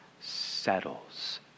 settles